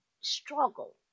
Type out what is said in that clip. struggle